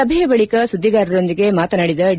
ಸಭೆಯ ಬಳಿಕ ಸುದ್ದಿಗಾರರೊಂದಿಗೆ ಮಾತನಾಡಿದ ಡಿ